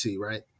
right